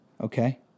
Okay